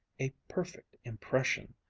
a perfect impression.